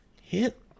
hit